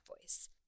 voice